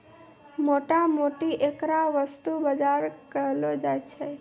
मोटा मोटी ऐकरा वस्तु बाजार कहलो जाय छै